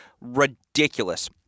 ridiculous